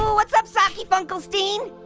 what's up socky funkelstein?